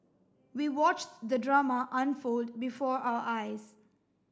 we watched the drama unfold before our eyes